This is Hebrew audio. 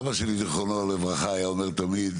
אבא שלי זיכרונה לברכה היה אומר תמיד,